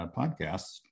podcasts